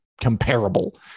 comparable